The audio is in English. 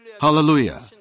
Hallelujah